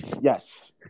Yes